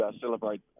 celebrate